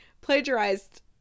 plagiarized